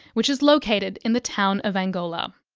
which is located in the town of angola.